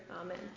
Amen